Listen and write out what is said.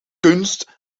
kunst